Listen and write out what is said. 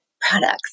products